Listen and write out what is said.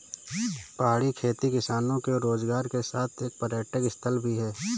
पहाड़ी खेती किसानों के रोजगार के साथ एक पर्यटक स्थल भी है